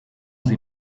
sie